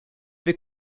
wir